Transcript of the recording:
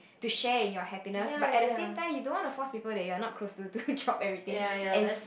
to share in your happiness but at the same time you don't want to force people that you are not close to do job everything and